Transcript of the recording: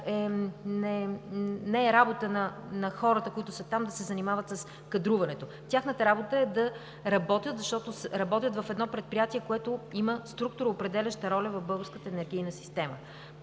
не е работа на хората, които са там, да се занимават с кадруването. Тяхната работа е да работят, защото са в предприятие, което има структуроопределяща роля в българската енергийна система.